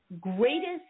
greatest